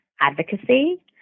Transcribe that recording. advocacy